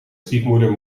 stiefmoeder